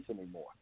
anymore